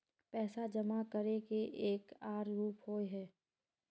पैसा जमा करे के एक आर रूप होय है?